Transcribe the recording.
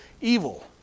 evil